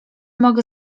mogę